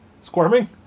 Squirming